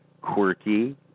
quirky